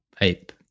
ape